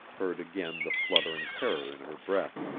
heard again the fluttering terror in her breath.